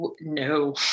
no